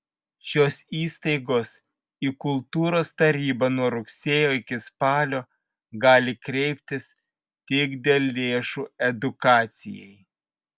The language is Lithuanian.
šios įstaigos į kultūros tarybą nuo rugsėjo iki spalio gali kreiptis tik dėl lėšų edukacijai